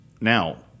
now